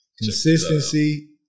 consistency